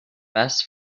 best